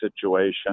situation